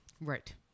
Right